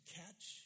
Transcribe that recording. catch